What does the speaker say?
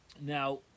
Now